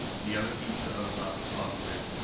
the other piece of of the puzzle is,